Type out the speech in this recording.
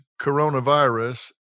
coronavirus